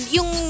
Yung